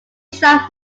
sharp